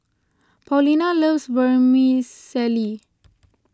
Paulina loves Vermicelli